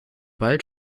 bald